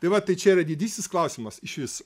tai va tai čia yra didysis klausimas išvis